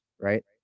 right